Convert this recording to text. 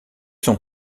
sont